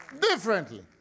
differently